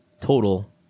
Total